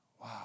Wow